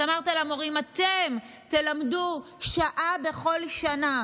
אז אמרת למורים: אתם תלמדו שעה בכל שנה.